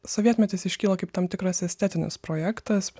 sovietmetis iškyla kaip tam tikras estetinis projektas